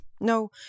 No